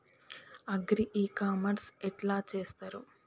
Agri e commerce ఎట్ల చేస్తరు?